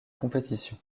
compétition